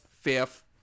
Fifth